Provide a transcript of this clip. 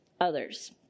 others